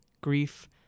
grief